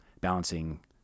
balancing